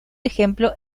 ejemplo